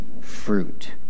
fruit